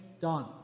done